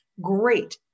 great